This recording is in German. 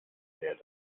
wer